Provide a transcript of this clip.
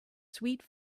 sweet